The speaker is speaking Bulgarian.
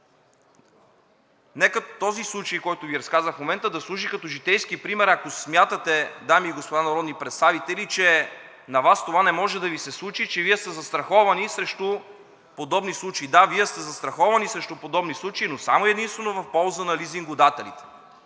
Нека този случай, който Ви разказах в момента, да служи като житейски пример, ако смятате, дами и господа народни представители, че това не може да Ви се случи, че Вие сте застраховани срещу подобни случаи. Да, Вие сте застраховани срещу подобни случаи, но само и единствено в полза на лизингодателите,